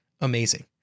Amazing